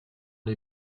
les